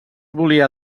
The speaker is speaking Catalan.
volia